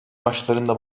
başlarında